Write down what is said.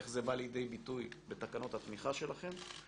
איך זה בא לידי ביטוי בתקנות התמיכה שלכם?